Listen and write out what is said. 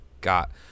Got